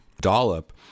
dollop